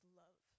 love